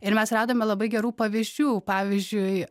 ir mes radome labai gerų pavyzdžių pavyzdžiui